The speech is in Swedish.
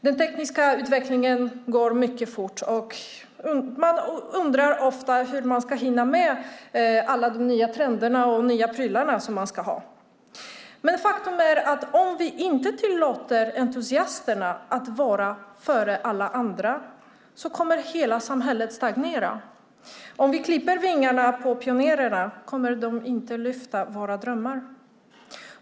Den tekniska utvecklingen går mycket fort, och man undrar ofta hur man ska hinna med alla de nya trenderna och nya prylarna som man ska ha. Men faktum är att om vi inte tillåter entusiasterna att vara före alla andra kommer hela samhället att stagnera. Om vi klipper vingarna på pionjärerna kommer de inte att lyfta våra drömmar.